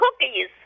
cookies